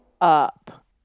up